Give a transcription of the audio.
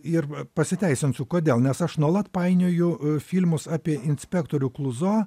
ir pasiteisinsiu kodėl nes aš nuolat painioju filmus apie inspektorių kluzo